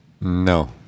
No